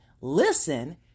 Listen